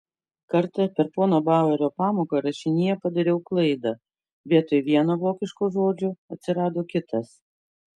kartą per pono bauerio pamoką rašinyje padariau klaidą vietoj vieno vokiško žodžio atsirado kitas